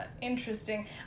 interesting